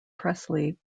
presley